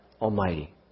Almighty